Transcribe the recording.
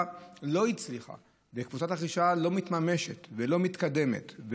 לא הצליחה וקבוצת הרכישה לא מתממשת ולא מתקדמת,